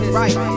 right